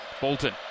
Bolton